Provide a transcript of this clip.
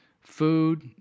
food